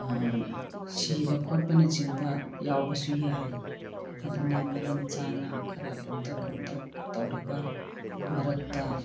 ꯁꯤꯕ ꯈꯣꯠꯄꯅꯆꯤꯡꯕ ꯌꯥꯎꯕꯁꯨ ꯌꯥꯏ ꯑꯗꯨꯅ ꯃꯔꯝ ꯆꯥꯅ ꯈꯔ ꯀꯣꯝꯇꯛ ꯀꯣꯝꯇꯛ ꯇꯧꯔꯒ ꯃꯔꯛꯇ